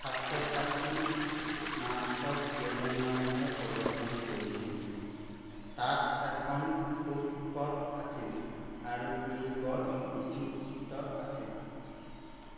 ছাত্ৰ ছাত্ৰীৰ মাত্ৰ কেইজনমানেহে প্ৰদৰ্শন কৰিছিল তাত এখন ফুড ক'ৰ্ট আছিল আৰু ই বৰ বিচিত্ৰ আছিল